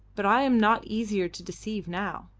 but i am not easier to deceive now.